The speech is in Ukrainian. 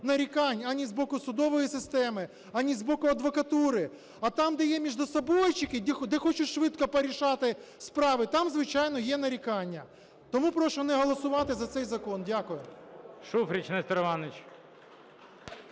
ані з боку судової системи, ані з боку адвокатури. А там, де є междусобойчики, де хочуть швидко порішати справи, там, звичайно, є нарікання. Тому прошу не голосувати за цей закон. Дякую.